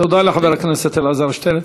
תודה לחבר הכנסת אלעזר שטרן.